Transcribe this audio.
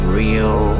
real